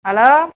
hello